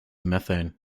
methane